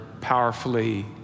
powerfully